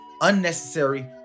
unnecessary